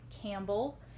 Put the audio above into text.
Campbell